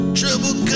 trouble